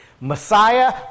Messiah